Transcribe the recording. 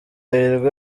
hirwa